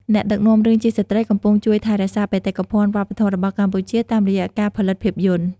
អ្នកដឹកនាំរឿងជាស្ត្រីកំពុងជួយថែរក្សាបេតិកភណ្ឌវប្បធម៌របស់កម្ពុជាតាមរយៈការផលិតភាពយន្ត។